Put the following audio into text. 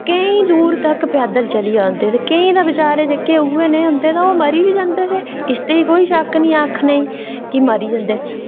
केईं दूर तक्क पैदल चलियै औंदे हे ते केईं तां बेचारे जेह्के उ'ऐ नेहं होंदे तां ओह् मरी बी जंदे हे इसदे च कोई शक्क निं ऐ आखने ई कि मरी जंदे न